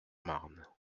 marne